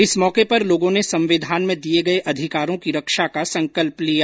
इस मौके पर लोगों ने संविधान में दिए गए अधिकारों की रक्षा का संकल्प लिया